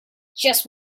just